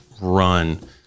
run